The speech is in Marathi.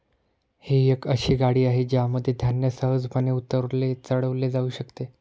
ही एक अशी गाडी आहे ज्यामध्ये धान्य सहजपणे उतरवले चढवले जाऊ शकते